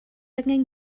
angen